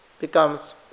becomes